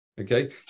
Okay